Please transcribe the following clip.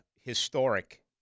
historic